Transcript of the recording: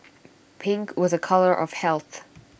pink was A colour of health